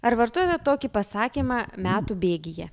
ar vartojate tokį pasakymą metų bėgyje